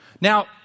Now